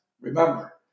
Remember